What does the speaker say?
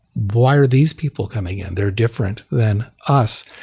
why are these people coming in? they're different than us.